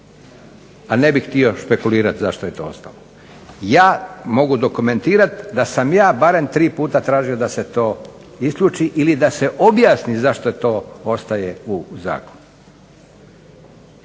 A ne bih htio špekulirat zašto je to ostalo. Ja mogu dokumentirat da sam ja barem tri puta tražio da se to isključi ili da se objasni zašto to ostaje u zakonu.